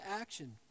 action